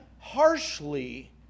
harshly